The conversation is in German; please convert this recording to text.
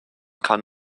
kann